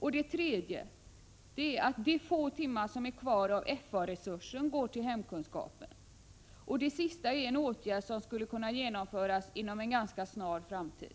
och det tredje att de få timmar som är kvar av FA-resursen går till hemkunskapen. Det är sista är en åtgärd som skulle kunna genomföras inom en ganska snar framtid.